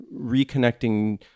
reconnecting